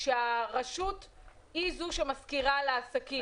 שהרשות היא זו שמשכירה לעסקים.